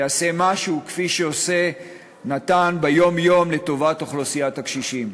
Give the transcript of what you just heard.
יעשה משהו כפי שעושה נתן ביום-יום לטובת אוכלוסיית הקשישים.